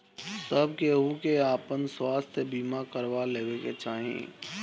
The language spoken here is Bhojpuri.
सब केहू के आपन स्वास्थ्य बीमा करवा लेवे के चाही